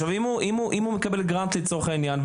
אם הוא מקבל גרנט לצורך העניין,